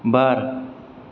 बार